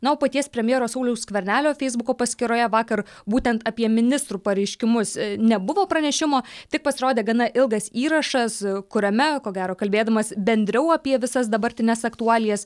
na o paties premjero sauliaus skvernelio feisbuko paskyroje vakar būtent apie ministrų pareiškimus nebuvo pranešimo tik pasirodė gana ilgas įrašas kuriame ko gero kalbėdamas bendriau apie visas dabartines aktualijas